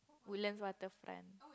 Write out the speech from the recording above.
Woodland Water Front